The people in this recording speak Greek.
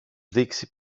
δείξει